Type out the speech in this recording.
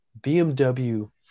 BMW